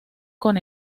con